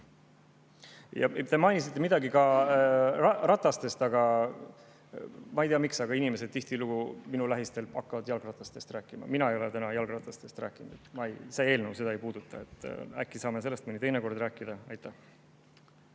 mainisite midagi ka rataste kohta. Ma ei tea, miks, aga inimesed hakkavad tihtilugu minu lähistel jalgratastest rääkima. Mina ei ole täna jalgratastest rääkinud. See eelnõu seda ei puuduta. Äkki saame sellest mõni teine kord rääkida. Suur